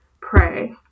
Pray